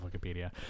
Wikipedia